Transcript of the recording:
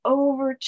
over